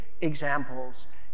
examples